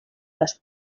les